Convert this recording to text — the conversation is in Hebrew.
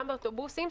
גם באוטובוסים,